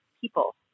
people